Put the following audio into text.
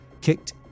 kicked